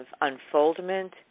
unfoldment